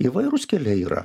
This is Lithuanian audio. įvairūs keliai yra